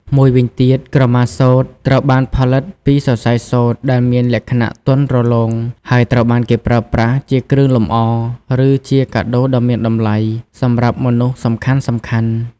មួយវិញទៀត ក្រមាសូត្រ ត្រូវបានផលិតពីសរសៃសូត្រដែលមានលក្ខណៈទន់រលោង ហើយត្រូវបានគេប្រើប្រាស់ជា គ្រឿងលម្អ ឬជា កាដូដ៏មានតម្លៃ សម្រាប់មនុស្សសំខាន់ៗ។